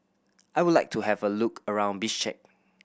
I would like to have a look around Bishkek